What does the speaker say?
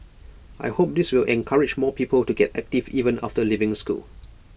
I hope this will encourage more people to get active even after leaving school